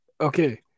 okay